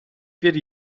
bir